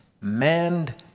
manned